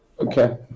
Okay